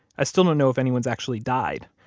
i still don't know if anyone's actually died,